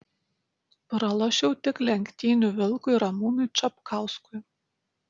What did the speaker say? pralošiau tik lenktynių vilkui ramūnui čapkauskui